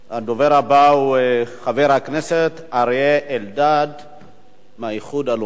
הדובר הבא הוא חבר הכנסת אריה אלדד מהאיחוד הלאומי.